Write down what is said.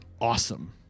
awesome